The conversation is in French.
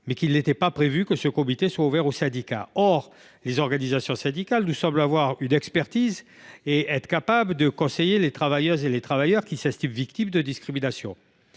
dont il n’était pas prévu qu’il soit ouvert aux syndicats. Or les organisations syndicales nous semblent disposer d’une expertise en la matière et être capables de conseiller les travailleuses et les travailleurs qui s’estiment victimes de discrimination.